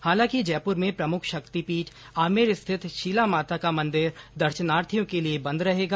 हालांकि जयपूर में प्रमुख शक्ति पीठ आमेर स्थित शिला माता का मंदिर दर्शनार्थियों के लिए बंद रहेगा